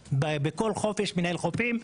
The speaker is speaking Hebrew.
בכל חוף יש מנהל חופים,